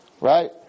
right